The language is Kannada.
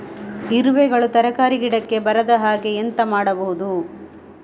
ಇರುವೆಗಳು ತರಕಾರಿ ಗಿಡಕ್ಕೆ ಬರದ ಹಾಗೆ ಎಂತ ಮಾಡುದು?